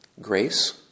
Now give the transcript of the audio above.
Grace